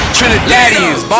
Trinidadians